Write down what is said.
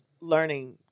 learning